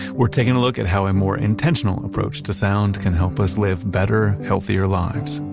we're taking a look at how a more intentional approach to sound can help us live better, healthier lives.